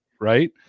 right